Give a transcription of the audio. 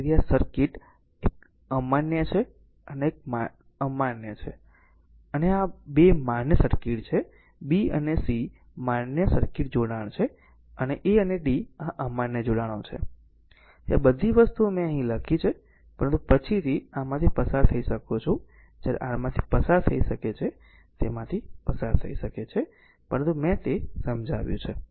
તેથી આ સર્કિટ આ એક અમાન્ય છે અને આ એક અમાન્ય છે અને આ 2 માન્ય સર્કિટ છે b અને c માન્ય સર્કિટ જોડાણ છે અને a અને d આ અમાન્ય જોડાણો છે તેથી આ બધી વસ્તુઓ મેં અહીં લખી છે પરંતુ પછીથી આમાંથી પસાર થઈ શકું છું જ્યારે r માંથી પસાર થઈ શકે છે તેમાંથી પસાર થઈ શકે છે પરંતુ મેં તે સમજાવ્યું છે